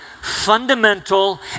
fundamental